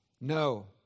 No